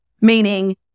meaning